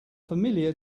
familiar